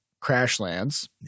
Crashlands